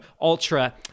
ultra